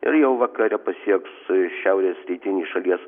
ir jau vakare pasieks šiaurės rytinį šalies